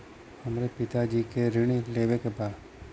हमरे पिता जी के ऋण लेवे के बा?